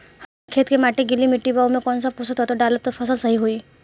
हमार खेत के माटी गीली मिट्टी बा ओमे कौन सा पोशक तत्व डालम त फसल सही होई?